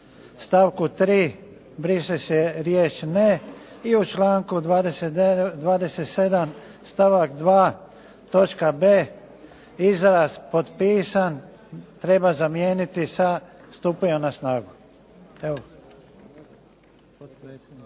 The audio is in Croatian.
stavku 3. briše se riječ „ne“, i u članku 27. stavak 2. točka b. izraz „potpisan“ treba zamijeniti „stupa na snagu“.